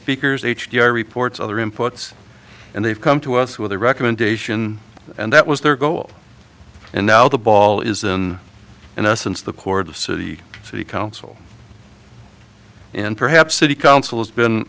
speakers h d r reports other inputs and they've come to us with a recommendation and that was their goal and now the ball isn't in essence the core of the city council and perhaps city council has been